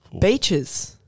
beaches